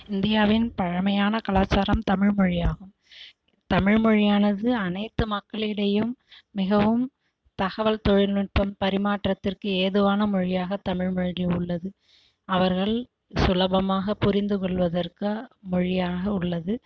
இந்தியாவில் பழமையான கலாச்சாரம் தமிழ் மொழி ஆகும் தமிழ்மொழியானது அனைத்து மக்கள் இடையேயும் மிகவும் தகவல் தொழில்நுட்பம் பரிமாற்றத்திற்கு ஏதுவான மொழியாக தமிழ்மொழி உள்ளது அவர்கள் சுலபமாக புரிந்துகொள்வதற்கு மொழியாக உள்ளது